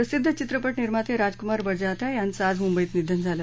प्रसिद्ध चित्रपट निर्माते राजकुमार बडजात्या यांचं आज मुंबईत निधन झालं